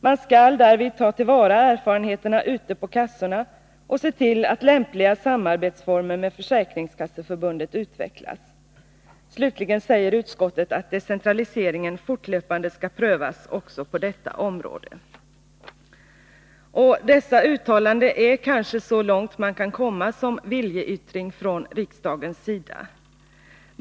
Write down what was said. Man skall därvid ta till vara erfarenheterna ute på kassorna och se till att lämpliga samarbetsformer med Försäkringskasseförbundet utvecklas. Slutligen säger utskottet att decentraliseringen fortlöpande skall prövas också på detta område. Dessa uttalanden är kanske så långt man kan komma i fråga om en viljeyttring från riksdagens sida.